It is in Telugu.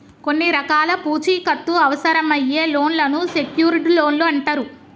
కొన్ని రకాల పూచీకత్తు అవసరమయ్యే లోన్లను సెక్యూర్డ్ లోన్లు అంటరు